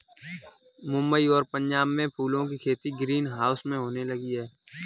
मुंबई और पंजाब में फूलों की खेती ग्रीन हाउस में होने लगी है